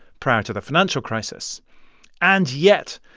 prior to the financial crisis and yet,